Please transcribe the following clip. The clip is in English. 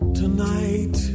tonight